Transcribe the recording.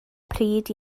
pryd